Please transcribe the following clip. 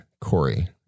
Corey